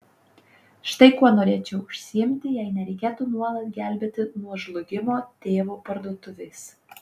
štai kuo norėčiau užsiimti jei nereikėtų nuolat gelbėti nuo žlugimo tėvo parduotuvės